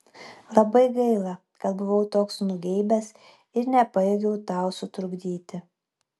labai gaila kad buvau toks nugeibęs ir nepajėgiau tau sutrukdyti